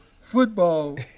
football